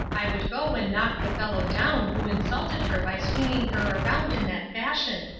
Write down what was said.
i would go and knock the fellow down who insulted her by swinging her around in that fashion.